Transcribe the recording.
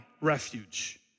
refuge